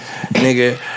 nigga